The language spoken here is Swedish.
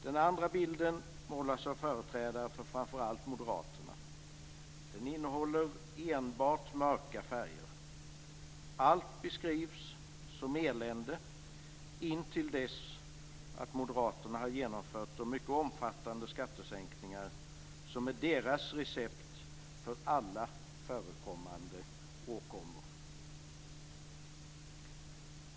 Den andra bilden målas av företrädare för framför allt Moderaterna. Den innehåller enbart mörka färger. Allt beskrivs som elände intill dess att Moderaterna har genomfört de mycket omfattande skattesänkningar som är deras recept för alla förekommande åkommor.